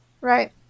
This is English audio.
Right